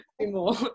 more